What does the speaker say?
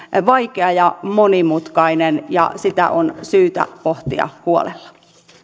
vaikea ja monimutkainen ja sitä on syytä pohtia huolella